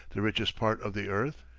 the richest part of the earth?